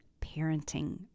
parenting